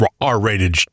R-rated